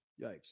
Yikes